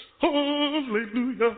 Hallelujah